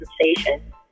sensation